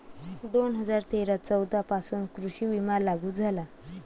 दोन हजार तेरा चौदा पासून कृषी विमा लागू झाला